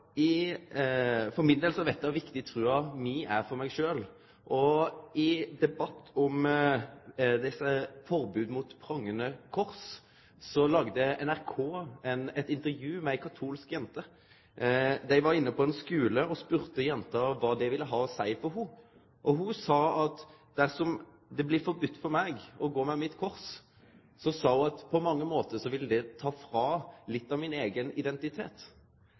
For min del veit eg kor viktig trua mi er for meg sjølv. I debatten om dette forbodet mot prangande krossar laga NRK eit intervju med ei katolsk jente. Dei var inne på ein skule og spurde jenta kva det ville ha å seie for henne, og ho sa: Dersom det blir forbode for meg å gå med min kross, vil det på mange måtar ta frå meg litt av min eigen identitet.